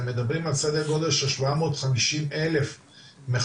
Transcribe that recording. הם מדברים על סדר גודל של 750 אלף מכורים,